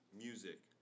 music